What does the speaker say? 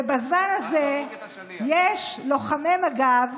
ובזמן הזה יש לוחמי מג"ב